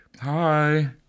hi